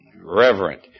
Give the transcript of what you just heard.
reverent